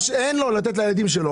מה שאין לו לתת לילדים שלו.